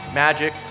magic